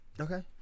Okay